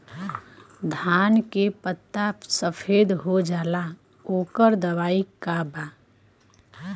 धान के पत्ता सफेद हो जाला ओकर दवाई का बा?